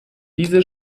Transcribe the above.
diese